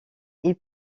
ils